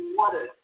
water